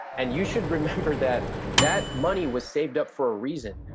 and you should remember that that money was saved up for a reason.